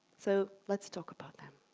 so, let's talk about them.